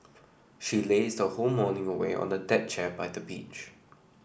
she lazed her whole morning away on the deck chair by the beach